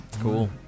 cool